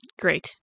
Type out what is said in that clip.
Great